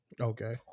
Okay